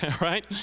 right